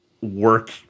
Work